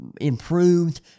improved